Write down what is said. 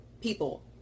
people